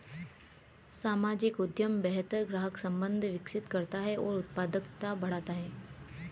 सामाजिक उद्यम बेहतर ग्राहक संबंध विकसित करता है और उत्पादकता बढ़ाता है